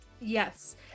Yes